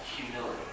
humility